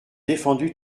défendus